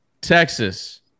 Texas